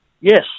Yes